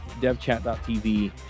devchat.tv